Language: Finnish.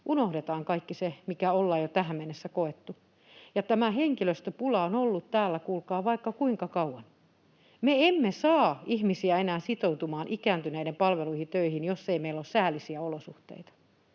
unohdetaan kaikki se, mikä ollaan jo tähän mennessä koettu. Tämä henkilöstöpula on ollut täällä, kuulkaa, vaikka kuinka kauan. Me emme saa ihmisiä enää sitoutumaan ikääntyneiden palveluihin töihin, jos ei meillä ole säällisiä olosuhteita.